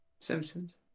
Simpsons